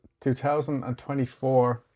2024